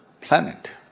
planet